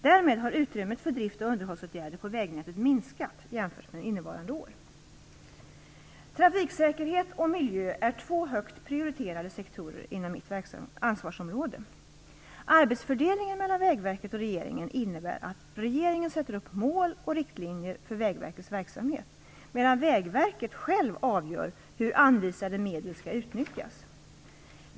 Därmed har utrymmet för drift och underhållsåtgärder på vägnätet minskat jämfört med innevarande år. Trafiksäkerhet och miljö är två högt prioriterade sektorer inom mitt ansvarsområde. Arbetsfördelningen mellan Vägverket och regeringen innebär att regeringen sätter upp mål och riktlinjer för Vägverkets verksamhet medan Vägverket självt avgör hur anvisade medel skall utnyttjas.